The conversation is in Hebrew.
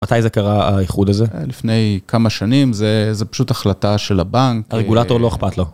מתי זה קרה האיחוד הזה? לפני כמה שנים, זו פשוט החלטה של הבנק. הרגולטור לא אכפת לו?